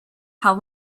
how